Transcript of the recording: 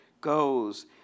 goes